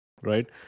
right